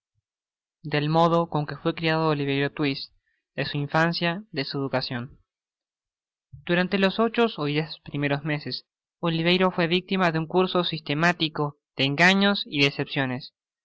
bul modo con que fué criado oliverio twist de sd infancia de sd educacion ürante los ocho ó diez primeros meses oliverio fué victima de un curso sistemático de engaños y